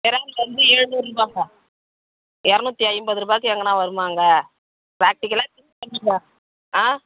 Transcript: இறால் வந்து எழுநூறுபாங்க எரநூத்தி ஐம்பதுரூபாய்க்கு எங்கேனா வருமாங்க ப்ராக்டிகலாக திங் பண்ணுங்க ஆ